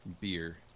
beer